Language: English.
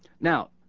Now